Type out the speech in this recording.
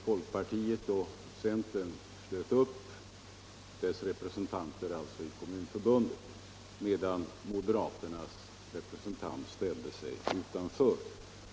Folkpartiets och centerns representanter i Kommunförbundet slöt upp bakom uppgörelsen medan moderaternas representant ställde sig utanför.